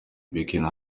bikini